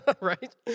right